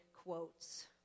quotes